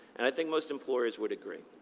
and i think most employers would agree.